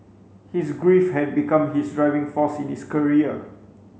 his grief had become his driving force in his career